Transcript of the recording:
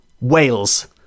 Wales